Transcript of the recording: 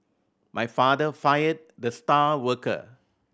my father fired the star worker